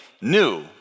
new